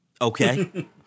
Okay